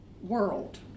world